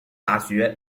大学